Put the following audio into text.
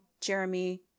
Jeremy